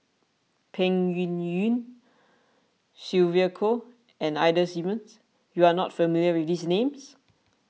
Peng Yuyun Sylvia Kho and Ida Simmons you are not familiar with these names